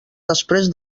després